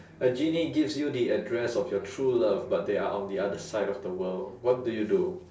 a genie gives you the address of your true love but they are on the other side of the world what do you do